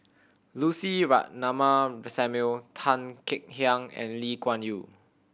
Lucy Ratnammah Samuel Tan Kek Hiang and Lee Kuan Yew